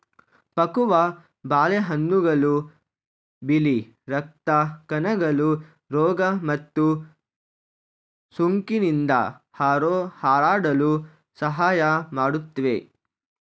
ಪಕ್ವ ಬಾಳೆಹಣ್ಣುಗಳು ಬಿಳಿ ರಕ್ತ ಕಣಗಳು ರೋಗ ಮತ್ತು ಸೋಂಕಿನಿಂದ ಹೋರಾಡಲು ಸಹಾಯ ಮಾಡುತ್ವೆ